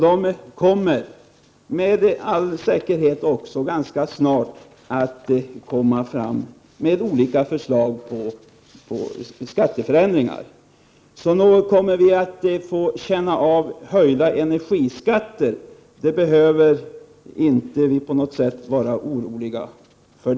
Utredningen kommer också med all säkerhet att ganska snart komma med olika förslag till skatteförändringar. Nog kommer vi att få känna av en höjning av energiskatterna. Det behöver vi inte på något sätt vara oroliga för.